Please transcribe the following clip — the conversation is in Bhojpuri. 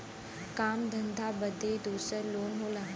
काम धंधा बदे दूसर लोन होला